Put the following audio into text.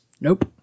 Nope